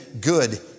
good